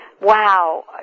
wow